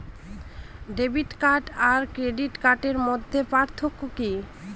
Debit card আর credit কার্ডের মধ্যে পার্থক্য কি?